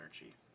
energy